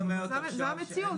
זה המציאות.